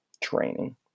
training